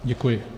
Děkuji.